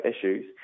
issues